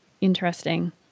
Interesting